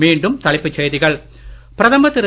மீண்டும் தலைப்புச் செய்திகள் பிரதமர் திரு